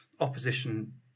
opposition